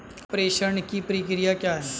प्रेषण की प्रक्रिया क्या है?